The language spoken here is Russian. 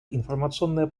информационные